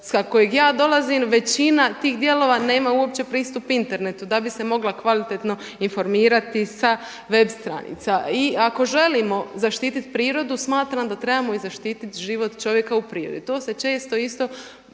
sa kojeg ja dolazim većina tih dijelova nema uopće pristup internetu da bi se mogla kvalitetno informirati sa web stranica. I ako želimo zaštitit prirodu smatram da trebamo i zaštitit život čovjeka u prirodi. To se često isto